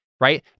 Right